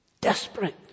Desperate